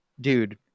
dude